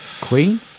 Queen